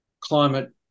climate